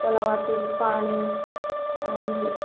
तलावातील पाणी आणि